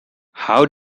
how